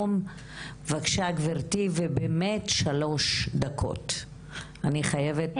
אני מסתכלת על הטיוטה ואני רוצה להגיד,